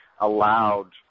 allowed